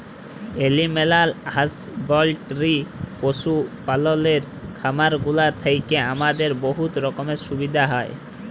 animal husbandry পশু পাললের খামারগুলা থ্যাইকে আমাদের বহুত রকমের সুবিধা হ্যয়